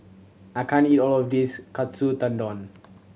I can't eat all of this Katsu Tendon